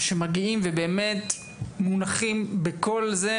שמגיעים ובאמת מונחים בכל זה.